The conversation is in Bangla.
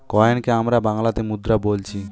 কয়েনকে আমরা বাংলাতে মুদ্রা বোলছি